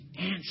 answer